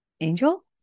Angel